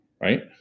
Right